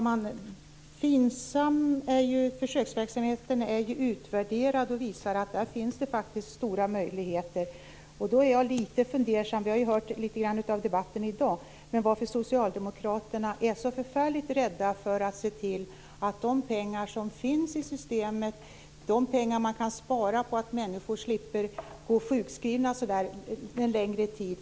Herr talman! Försöksverksamheten med FINSAM är ju utvärderad. Den visar att det finns stora möjligheter. Jag har hört litet grand av debatten i dag. Men jag är litet fundersam över varför socialdemokraterna är så förfärligt rädda för att se till att använda de pengar som finns i systemet och de pengar som man kan spara på att människor slipper gå sjukskrivna en längre tid.